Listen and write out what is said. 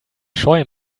scheu